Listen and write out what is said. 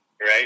Right